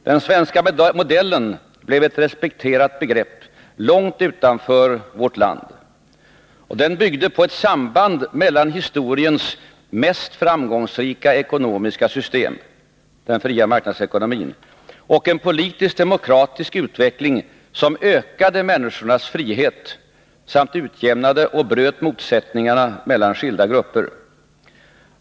”Den svenska modellen” blev ett respekterat begrepp långt utanför vårt land, och den byggde på ett samband mellan historiens mest framgångsrika ekonomiska system — den fria marknadsekonomin — och en politisk-demokratisk utveckling som ökade människornas frihet samt utjämnade och bröt motsättningarna mellan skilda grupper.